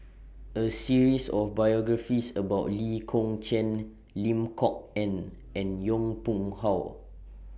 A series of biographies about Lee Kong Chian Lim Kok Ann and Yong Pung How